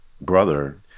brother